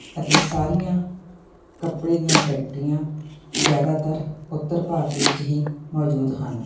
ਅਤੇ ਸਾਰੀਆਂ ਕੱਪੜੇ ਦੀਆਂ ਫੈਕਟਰੀਆਂ ਜ਼ਿਆਦਾਤਰ ਉੱਤਰ ਭਾਰਤ ਵਿੱਚ ਹੀ ਮੌਜੂਦ ਹਨ